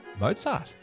Mozart